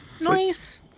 nice